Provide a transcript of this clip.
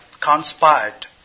conspired